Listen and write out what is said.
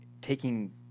taking